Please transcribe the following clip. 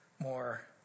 more